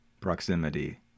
proximity